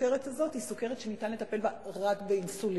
והסוכרת הזו היא סוכרת שניתן לטפל בה רק באינסולין.